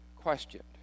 questioned